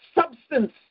substance